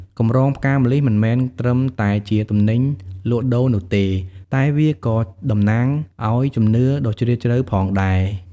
កម្រងផ្កាម្លិះមិនមែនត្រឹមតែជាទំនិញលក់ដូរនោះទេ តែវាក៏តំណាងឲ្យជំនឿដ៏ជ្រាលជ្រៅផងដែរ។